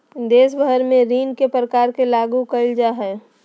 देश भर में ऋण के प्रकार के लागू क़इल जा हइ